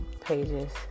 pages